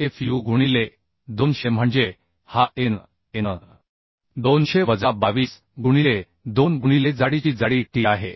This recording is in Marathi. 9Fu गुणिले 200 म्हणजे हा A n A n 200 वजा 22 गुणिले 2 गुणिले जाडीची जाडी t आहे